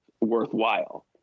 worthwhile